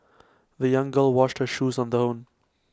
the young girl washed her shoes on her own